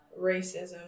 racism